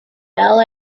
bel